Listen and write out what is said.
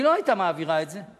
היא לא הייתה מעבירה את זה.